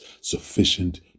sufficient